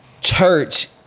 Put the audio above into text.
church